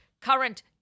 current